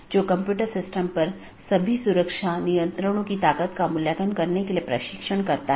यहाँ multi home AS के 2 या अधिक AS या उससे भी अधिक AS के ऑटॉनमस सिस्टम के कनेक्शन हैं